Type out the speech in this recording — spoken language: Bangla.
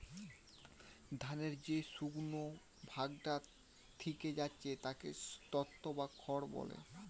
ধানের যে শুকনো ভাগটা থিকে যাচ্ছে তাকে স্ত্রও বা খড় বলে